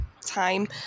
time